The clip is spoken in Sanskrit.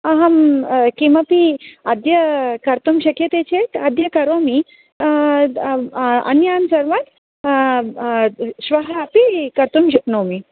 अहं किमपि अद्य कर्तुं शक्यते चेत् अद्य करोमि अन्यानि सर्वानि श्वः अपि कर्तुं शक्नोमि